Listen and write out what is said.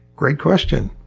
great question.